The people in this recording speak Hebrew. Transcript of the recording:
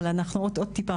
אבל עוד טיפה,